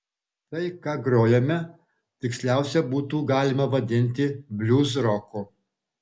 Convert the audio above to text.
tai ką grojame tiksliausia būtų galima vadinti bliuzroku